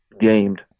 gamed